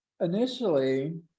initially